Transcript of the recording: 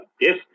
Yes